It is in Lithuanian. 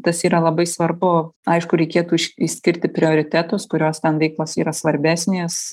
tas yra labai svarbu aišku reikėtų išskirti prioritetus kurios ten veikos yra svarbesnės